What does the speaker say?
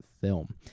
film